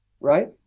right